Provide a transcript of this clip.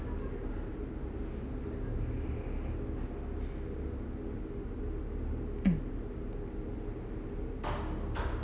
mm